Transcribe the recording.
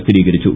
സ്ഥിരീകരിച്ചു